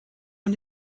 man